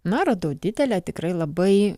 na radau didelę tikrai labai